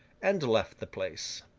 and left the place.